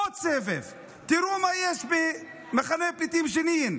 עוד סבב, תראו מה יש במחנה הפליטים ג'נין.